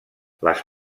les